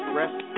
rest